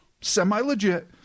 semi-legit